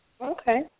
Okay